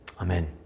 Amen